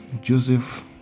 Joseph